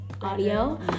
audio